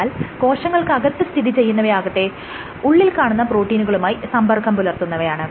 എന്നാൽ കോശങ്ങൾക്കകത്ത് സ്ഥിതി ചെയ്യുന്നവയാകട്ടെ ഉള്ളിൽ കാണുന്ന പ്രോട്ടീനുകളുമായി സമ്പർക്കം പുലർത്തുന്നവയാണ്